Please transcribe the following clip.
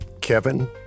Kevin